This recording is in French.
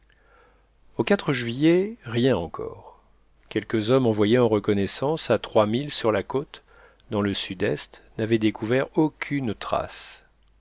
au juillet rien encore quelques hommes envoyés en reconnaissance à trois milles sur la côte dans le sud-est n'avaient découvert aucune trace